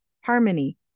harmony